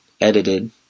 edited